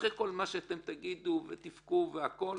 אחרי כל מה שתגידו ותבכו והכול,